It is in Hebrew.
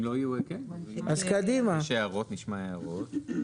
אם יהיו הערות, נשמע אותן.